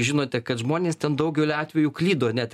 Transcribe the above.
žinote kad žmonės ten daugeliu atvejų klydo net